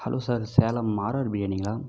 hello sir Salem R R பிரியாணிங்களா